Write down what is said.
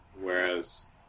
Whereas